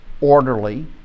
orderly